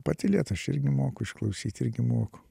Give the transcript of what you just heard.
patylėt aš irgi moku išklausyt irgi moku